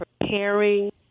preparing